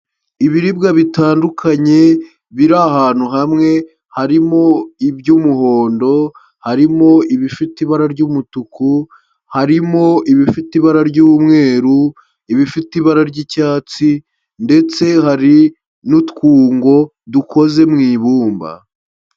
Ibiribwa bitandukanye biri ahantu hamwe, harimo iby'umuhondo, harimo ibifite ibara ry'umutuku, harimo ibifite ibara ry'umweru, ibifite ibara ry'icyatsi ndetse hari n'utwungo dukoze mu ibumba.